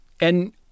And-